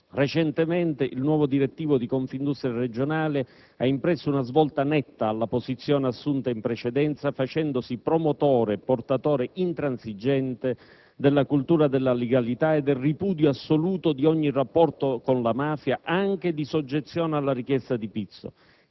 Recentemente, il nuovo direttivo di Confindustria regionale ha impresso una svolta netta alla posizione assunta in precedenza facendosi promotore e portatore intransigente della cultura della legalità e del ripudio assoluto di ogni rapporto con la mafia, anche di soggezione alla richiesta di pizzo.